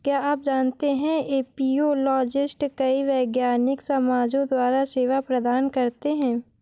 क्या आप जानते है एपियोलॉजिस्ट कई वैज्ञानिक समाजों द्वारा सेवा प्रदान करते हैं?